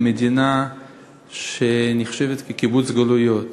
למדינה שנחשבת קיבוץ גלויות,